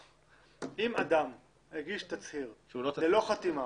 אדם הגיש תצהיר ללא חתימה